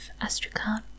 astrakhan